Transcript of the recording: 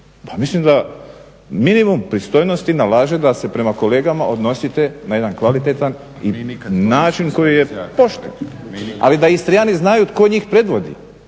mislim da minimum pristojnosti nalaže da se prema kolegama odnosite na jedan kvalitetan način koji je pošten. Ali da Istrijani znaju tko njih predvodi